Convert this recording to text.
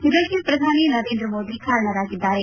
ಇದಕ್ಕೆ ಪ್ರಧಾನಿ ನರೇಂದ್ರ ಮೋದಿ ಕಾರಣರಾಗಿದ್ದಾರೆ